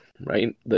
right